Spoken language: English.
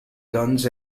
guns